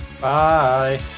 bye